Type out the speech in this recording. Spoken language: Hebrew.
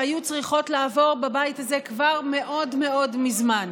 שהיו צריכות לעבור בבית הזה כבר מאוד מאוד מזמן.